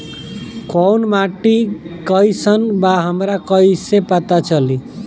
कोउन माटी कई सन बा हमरा कई से पता चली?